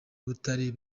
butare